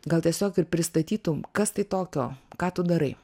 gal tiesiog ir pristatytum kas tai tokio ką tu darai